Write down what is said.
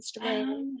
Instagram